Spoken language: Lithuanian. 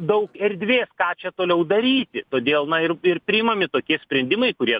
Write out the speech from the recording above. daug erdvės ką čia toliau daryti todėl na ir ir priimami tokie sprendimai kurie